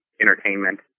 entertainment